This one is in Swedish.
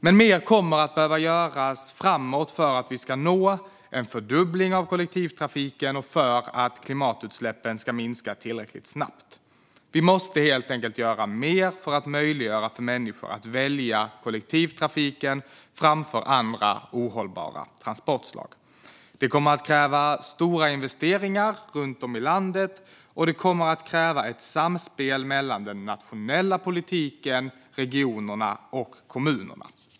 Men mer kommer att behöva göras framåt för att vi ska nå en fördubbling av kollektivtrafiken och för att klimatutsläppen ska minska tillräckligt snabbt. Vi måste helt enkelt göra mer för att möjliggöra för människor att välja kollektivtrafiken framför ohållbara transportslag. Det kommer att kräva stora investeringar runt om i landet och ett samspel mellan den nationella politiken, regionerna och kommunerna.